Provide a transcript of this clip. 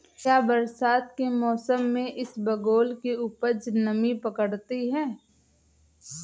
क्या बरसात के मौसम में इसबगोल की उपज नमी पकड़ती है?